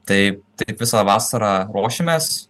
tai taip visą vasarą ruošėmės